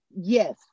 yes